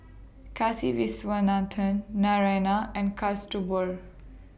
Kasiviswanathan Naraina and Kasturba